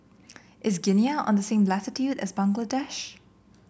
is Guinea on the same latitude as Bangladesh